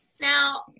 Now